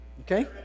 okay